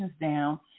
down